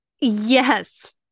Yes